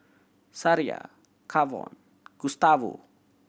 Sariah Kavon Gustavo